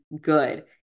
good